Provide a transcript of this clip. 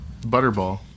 Butterball